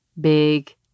big